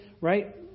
right